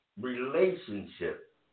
relationship